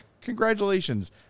Congratulations